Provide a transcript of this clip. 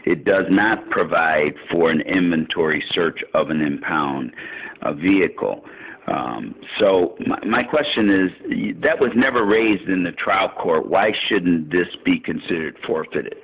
it does not provide for an inventory search of an impound a vehicle so my question is that was never raised in the trial court why shouldn't this be considered forfeited